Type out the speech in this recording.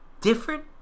different